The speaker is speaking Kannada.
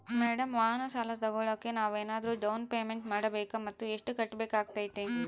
ಮೇಡಂ ವಾಹನ ಸಾಲ ತೋಗೊಳೋಕೆ ನಾವೇನಾದರೂ ಡೌನ್ ಪೇಮೆಂಟ್ ಮಾಡಬೇಕಾ ಮತ್ತು ಎಷ್ಟು ಕಟ್ಬೇಕಾಗ್ತೈತೆ?